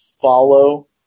follow